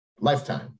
lifetime